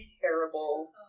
terrible